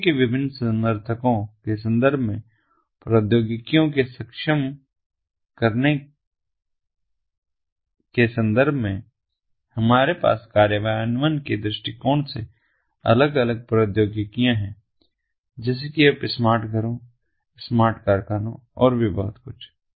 आई O T के विभिन्न समर्थकों के संदर्भ में प्रौद्योगिकियों को सक्षम करने के संदर्भ में हमारे पास कार्यान्वयन के दृष्टिकोण से अलग अलग प्रौद्योगिकियां हैं जैसे कि आप स्मार्ट घरों स्मार्ट कारखानों और भी बहुत कुछ